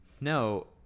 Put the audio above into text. No